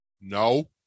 No